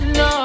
no